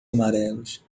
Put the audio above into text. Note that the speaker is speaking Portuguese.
amarelos